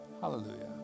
Hallelujah